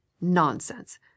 Nonsense